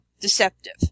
deceptive